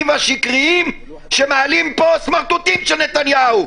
והשקריים שמעלים פה הסמרטוטים של נתניהו.